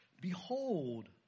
Behold